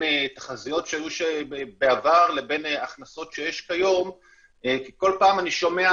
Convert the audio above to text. התחזיות שהיו בעבר לבין הכנסות שיש כיום כי כל פעם אני שומע,